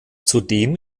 zudem